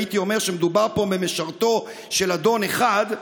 הייתי אומר שמדובר פה במשרתו של אדון אחד,